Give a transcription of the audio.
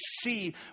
see